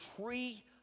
tree